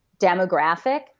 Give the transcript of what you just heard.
demographic